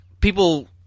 people